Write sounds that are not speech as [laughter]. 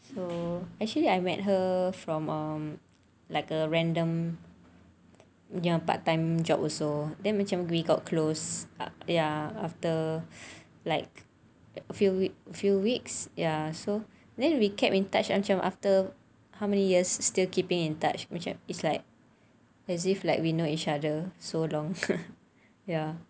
so actually I met her from um like a random punya part time job also then macam we got close ya after like a few few weeks ya so then we kept in touch and macam after how many years still keeping in touch which is like as if like we know each other so long [laughs] ya